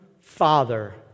father